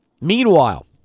meanwhile